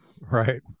Right